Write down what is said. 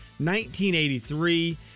1983